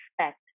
expect